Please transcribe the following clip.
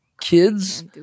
Kids